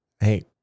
hey